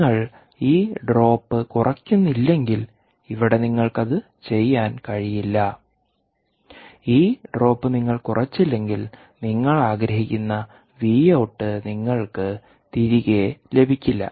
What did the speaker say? നിങ്ങൾ ഈ ഡ്രോപ്പ് കുറയ്ക്കുന്നില്ലെങ്കിൽ ഇവിടെ നിങ്ങൾക്ക് അത് ചെയ്യാൻ കഴിയില്ല ഈ ഡ്രോപ്പ് നിങ്ങൾ കുറച്ചില്ലെങ്കിൽ നിങ്ങൾ ആഗ്രഹിക്കുന്ന വി ഔട്ട് നിങ്ങൾക്ക് തിരികെ ലഭിക്കില്ല